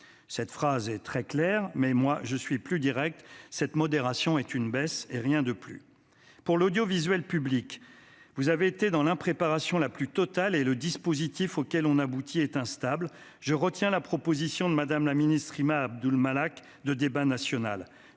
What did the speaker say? Cette phrase est très claire, mais je serai plus direct : cette modération est une baisse, et rien de plus. S'agissant de l'audiovisuel public, vous avez fait preuve de l'impréparation la plus totale, et le dispositif auquel on aboutit est instable. Je retiens la proposition de Mme la ministre Rima Abdul-Malak d'un débat national.